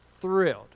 Thrilled